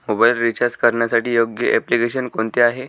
Mobile recharge करण्यासाठी योग्य application कोणते आहे?